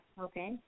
Okay